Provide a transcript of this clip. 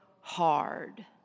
hard